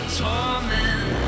torment